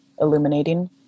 illuminating